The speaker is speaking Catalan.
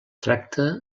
tracta